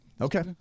Okay